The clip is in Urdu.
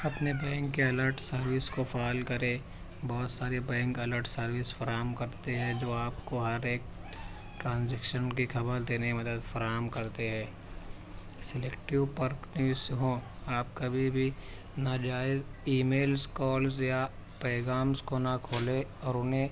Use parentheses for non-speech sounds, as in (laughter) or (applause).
اپنے بینک کے الرٹ سروس کو فعال کرے بہت سارے بینک الرٹ سروس فراہم کرتے ہیں جو آپ کو ہر ایک ٹرانسزکشن کی خبر دینے میں مدد فراہم کرتے ہے سلیکٹیو (unintelligible) ہوں آپ کبھی بھی ناجائز ایمیلس کالس یا پیغامز کو نہ کھولے اور انہیں